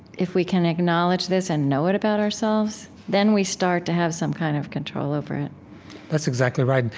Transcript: if we can acknowledge this and know it about ourselves, then we start to have some kind of control over it that's exactly right.